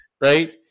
right